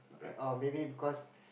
oh maybe because